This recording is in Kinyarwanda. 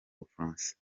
bufaransa